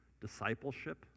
discipleship